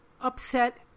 upset